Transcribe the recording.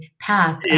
path